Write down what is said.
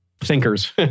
Thinkers